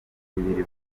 bibiri